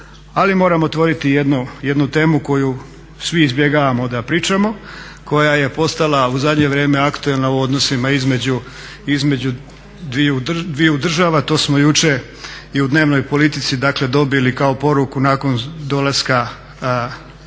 ali moram otvoriti jednu temu koju svi izbjegavamo da pričamo, koja je postala u zadnje vrijeme aktualna u odnosima između dviju država, to smo jučer i u dnevnoj politici dakle dobili kao poruku nakon dolaska ministra